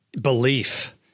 belief